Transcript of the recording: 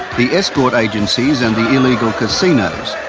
the escort agencies and the illegal casinos.